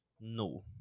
No